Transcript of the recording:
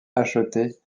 achetés